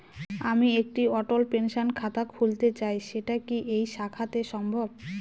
আমি একটি অটল পেনশন খাতা খুলতে চাই সেটা কি এই শাখাতে সম্ভব?